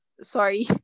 sorry